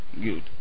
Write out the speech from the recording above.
Good